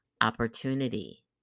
opportunity